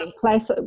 place